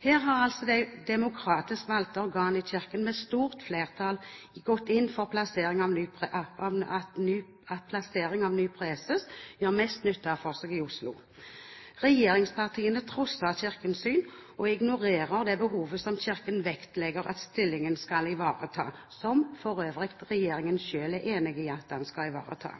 Her har de demokratisk valgte organ i Kirken med stort flertall gått inn for at plassering av ny preses gjør mest nytte for seg i Oslo. Regjeringspartiene trosser Kirkens syn og ignorerer det behovet som Kirken vektlegger at stillingen skal ivareta, som for øvrig regjeringen selv er enig i at den skal ivareta.